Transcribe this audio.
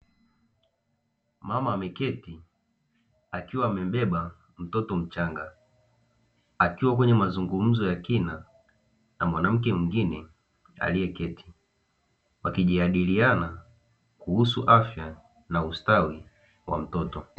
Mama ameketi akiwa amembeba mtoto mchanga, akiwa kwenye mazungumzo ya kina na mwanamke mwingine aliyeketi; wakijadiliana kuhusu afya na ustawi wa mtoto.